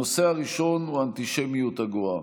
הנושא הראשון הוא האנטישמיות הגואה.